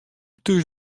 thús